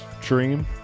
dream